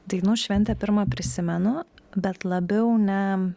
dainų šventę pirmą prisimenu bet labiau ne